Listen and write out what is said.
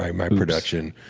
my my production.